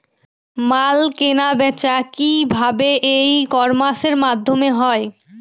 মাল কেনাবেচা কি ভাবে ই কমার্সের মাধ্যমে হয়?